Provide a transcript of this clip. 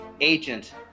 Agent